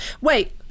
wait